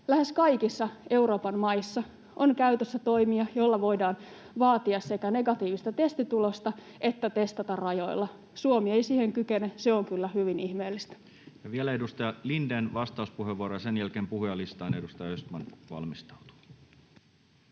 lähes kaikissa Euroopan maissa on käytössä toimia, joilla voidaan sekä vaatia negatiivista testitulosta että testata rajoilla. Suomi ei siihen kykene. Se on kyllä hyvin ihmeellistä. Ja vielä edustaja Lindén, vastauspuheenvuoro. — Ja sen jälkeen puhujalistaan. Edustaja Östman valmistautuu.